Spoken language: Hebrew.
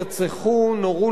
נורו למוות,